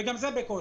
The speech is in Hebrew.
וגם זה בקושי.